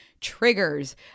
triggers